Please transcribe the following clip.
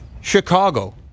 Chicago